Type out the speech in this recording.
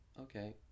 okay